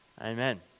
Amen